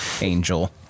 angel